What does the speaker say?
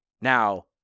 now